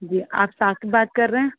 جی آپ ثاقب بات کر رہے ہیں